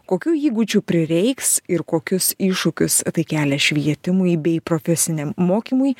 kokių įgūdžių prireiks ir kokius iššūkius tai kelia švietimui bei profesiniam mokymui